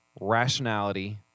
rationality